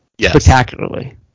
spectacularly